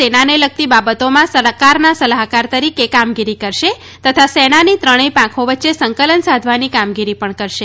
સેનાને લગતી બાબતોમાં સરકારના સલાહકાર તરીકે કામગીરી કરશે તથા સેનાની ત્રણેય પાંખો વચ્ચે સંકલન સાધવાની કામગીરી પણ કરશે